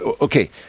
Okay